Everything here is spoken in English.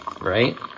Right